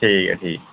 ठीक ऐ ठीक ऐ